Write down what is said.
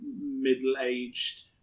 middle-aged